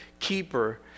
keeper